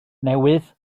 newydd